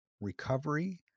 recovery